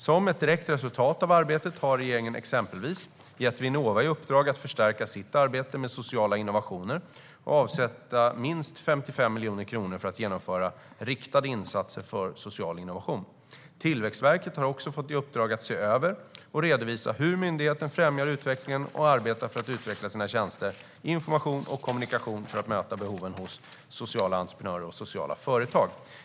Som ett direkt resultat av arbetet har regeringen exempelvis gett Vinnova i uppdrag att förstärka sitt arbete med sociala innovationer och avsätta minst 55 miljoner kronor för att genomföra riktade insatser för social innovation. Tillväxtverket har också fått i uppdrag att se över och redovisa hur myndigheten främjar utvecklingen och arbetar för att utveckla sina tjänster, information och kommunikation för att möta behoven hos sociala entreprenörer och sociala företag.